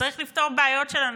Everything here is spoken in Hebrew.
כשצריך לפתור בעיות של אנשים,